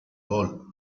goal